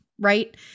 right